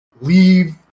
leave